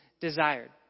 desired